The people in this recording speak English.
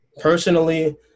personally